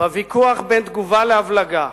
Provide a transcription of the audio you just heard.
בוויכוח בין תגובה להבלגה,